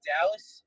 Dallas –